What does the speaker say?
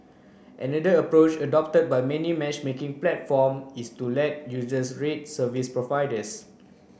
another approach adopted by many matchmaking platform is to let users rate service providers